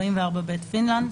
(44ב) פינלנד,